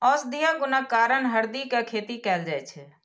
औषधीय गुणक कारण हरदि के खेती कैल जाइ छै